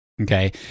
okay